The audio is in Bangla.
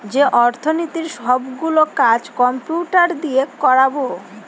যে অর্থনীতির সব গুলো কাজ কম্পিউটার দিয়ে করাবো